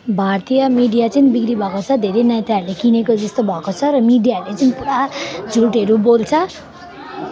भारतीय मिडिया चाहिँ बिक्री भएको छ धेरै नेताहरूले किनेको जस्तो भएको छ र मिडियाहरूले चाहिँ पुरा झुटहरू बोल्छ